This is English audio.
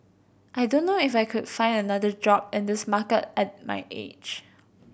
I don't know if I could find another job in this market at my age